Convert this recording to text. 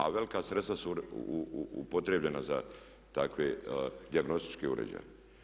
A velika sredstva su upotrijebljena za takve dijagnostičke uređaje.